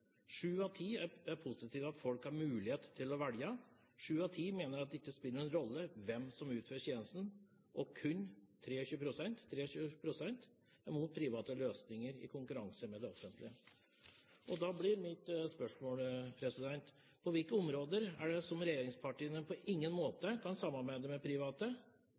Sju av ti er positive til at folk har mulighet til å velge. Sju av ti mener at det ikke spiller noen rolle hvem som utfører tjenesten, og kun 23 pst. er imot private løsninger i konkurranse med det offentlige. Da blir mine spørsmål: På hvilke områder er det regjeringspartiene på ingen måte kan samarbeide med private?